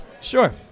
Sure